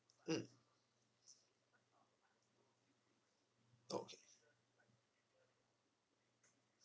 mm okay